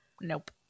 Nope